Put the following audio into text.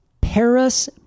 paris